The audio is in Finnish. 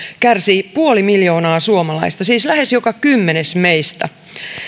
kärsii puoli miljoonaa suomalaista siis lähes joka kymmenes meistä